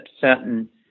certain